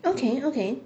okay okay